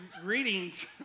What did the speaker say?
greetings